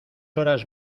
horas